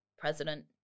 president